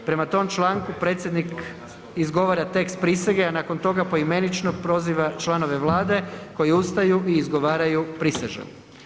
Prema tom članku predsjednik izgovara tekst prisege, a nakon toga poimenično proziva članova Vlade koji ustaju i izgovaraju prisežem.